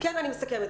אני מסכמת.